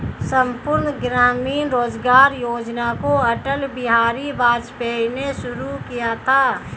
संपूर्ण ग्रामीण रोजगार योजना को अटल बिहारी वाजपेयी ने शुरू किया था